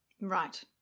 Right